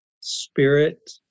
Spirit